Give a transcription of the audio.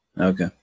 Okay